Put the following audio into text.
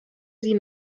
sie